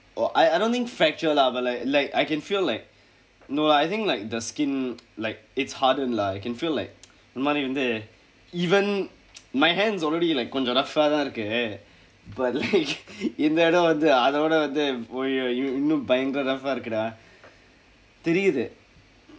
oh I I don't think fracture lah but like like I can feel like no lah I think like the skin like it's hardened lah you can feel like ஒரு மாதிரி வந்து:oru maathiri vandthu even my hands கொஞ்சம்:konjsam rough ah தான் இருக்கு:thaan irukku but like இந்த இடம் வந்து அதோட வந்து:intha idam vanthu athoda vanthu !aiyo! இன்னும் பயங்கர:innum payangara rough ah இருக்கு:irukku dah தெரியுது:theriyuthu